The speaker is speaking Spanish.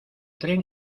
tren